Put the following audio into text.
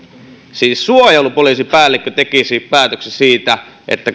siis suojelupoliisin päällikkö tekisi päätöksen siitä